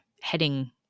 heading